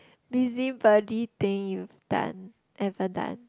busybody thing you've done ever done